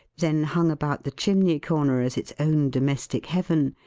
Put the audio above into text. then hung about the chimney-corner as its own domestic heaven,